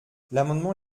l’amendement